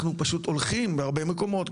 אנחנו פשוט הולכים בהרבה מקומות,